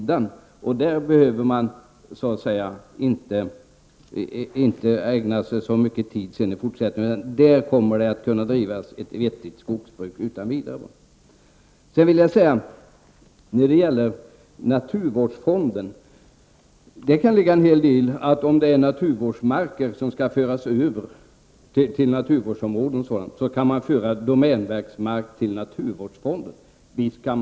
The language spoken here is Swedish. Denna mark behöver man således inte ägna så mycket tid i fortsättningen, för på den kommer det utan vidare att kunna drivas ett vettigt skogsbruk. Det kan ligga en hel del i det som Lennart Brunander sade angående naturvårdsfonden. Visst kan man föra över domänverksmark till naturvårdsfonden, om det rör sig om naturvårdsmarker som skall föras över till naturvårdsområden och sådant.